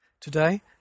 Today